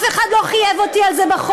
את מדברת על נורמות?